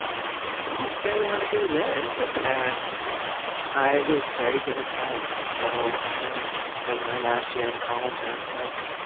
i don't really want to do this. and i was very good at science, so in and my last year in college i was like,